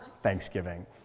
Thanksgiving